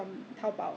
so 你怎么样